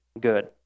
good